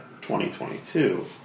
2022